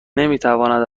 نمیتواند